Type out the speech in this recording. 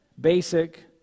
Basic